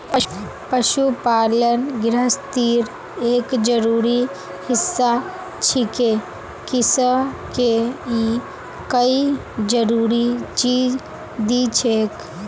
पशुपालन गिरहस्तीर एक जरूरी हिस्सा छिके किसअ के ई कई जरूरी चीज दिछेक